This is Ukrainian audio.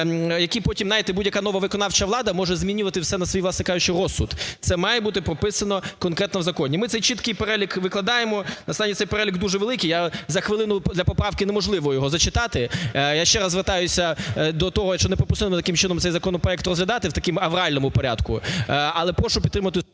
які потім, знаєте, будь-яка нова виконавча влада може змінювати все на свій, власне кажучи, розсуд. Це має бути прописано конкретно в законі. Ми цей чіткий перелік викладаємо. Останній цей перелік дуже великий, за хвилину для поправки неможливо його зачитати. Я ще раз звертаюся до того, що неприпустимо таким чином цей законопроект розглядати в такому авральному порядку, але прошу підтримати…